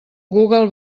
google